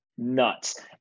Nuts